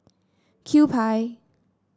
Kewpie